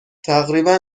تقریبا